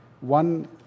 one